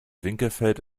winkelfeld